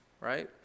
right